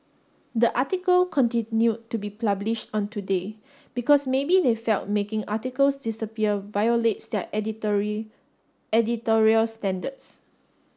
the article continued to be published on Today because maybe they felt making articles disappear violates their editorial standards